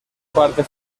parte